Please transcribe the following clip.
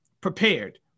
prepared